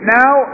now